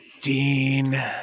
Dean